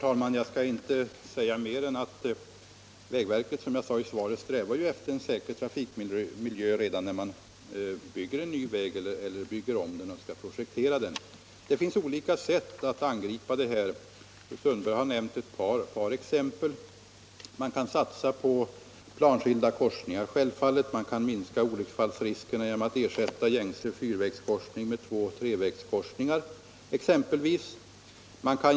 Herr talman! Vägverket strävar — som jag sade i mitt svar — efter en säker trafikmiljö redan när man bygger en ny väg eller skall projektera ombyggnad av en väg. Det finns olika sätt att angripa det här problemet. Fru Sundberg har nämnt ett par exempel. Man kan självfallet satsa på planskilda korsningar. Man kan minska olycksfallsrisken genom att exempelvis ersätta gängse fyrvägskorsningar med tvåeller trevägskorsningar.